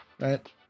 right